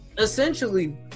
Essentially